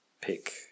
pick